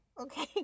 Okay